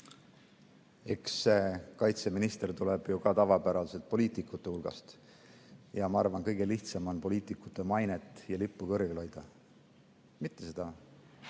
Eks kaitseminister tuleb ju ka tavapäraselt poliitikute hulgast. Ma arvan, et kõige lihtsam on poliitikute mainet ja lippu kõrgel hoida, mitte seda